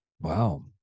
Wow